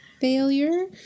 failure